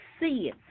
see